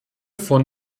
von